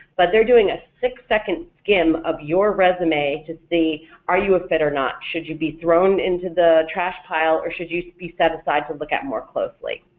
but they're doing a six second skim of your resume to see are you a fit or not, should you be thrown into the trash pile or should you be set aside to look at more closely?